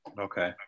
Okay